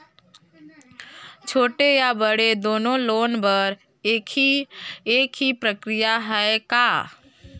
छोटे या बड़े दुनो लोन बर एक ही प्रक्रिया है का?